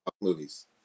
movies